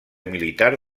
militar